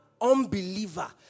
unbeliever